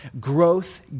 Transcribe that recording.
Growth